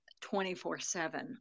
24/7